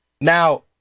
Now